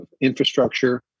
infrastructure